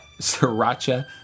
sriracha